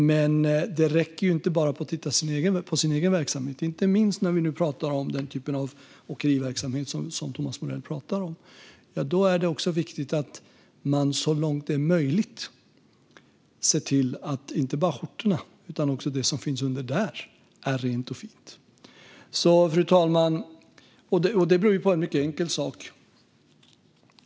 Men det räcker inte att bara titta på sin egen verksamhet, inte minst när vi nu talar om den typ av åkeriverksamhet som Thomas Morell pratar om. Då är det viktigt att man så långt det är möjligt ser till att inte bara skjortorna utan också det som finns därinunder är rent och fint. Fru talman! Det beror på en mycket enkel sak.